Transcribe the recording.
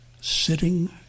sitting